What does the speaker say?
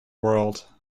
world